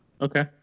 okay